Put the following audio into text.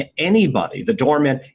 and anybody, the doorman,